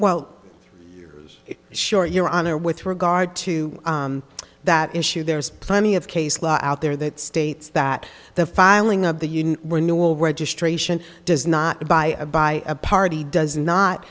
well sure your honor with regard to that issue there's plenty of case law out there that states that the filing of the union were no will registration does not by a by a party does not